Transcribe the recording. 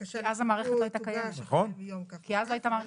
כי אז המערכת לא הייתה קיימת.